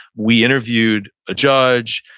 we interviewed a judge,